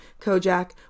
Kojak